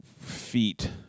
feet